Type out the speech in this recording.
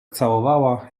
całowała